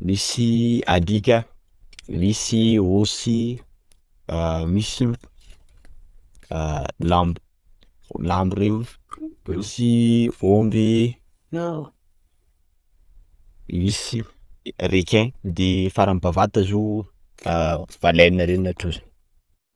misy alika, misy osy, ah misy ah lambo lambo reo, misy omby, misy requin, de farany bavata zao ah baleine reny na trozona.